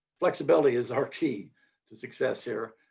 flexibility is our key to success here.